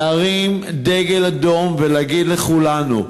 להרים דגל אדום ולהגיד לכולנו: